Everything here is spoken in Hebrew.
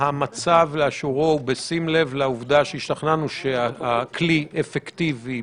באישור הוועדה לשנות את התוספת.